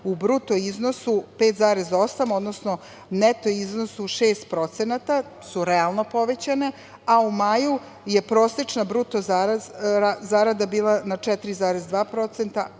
u bruto iznosu od 5,8%, odnosno u neto iznosu 6% su realno povećane, a u maju je prosečna bruto zarada bila na 4,2%,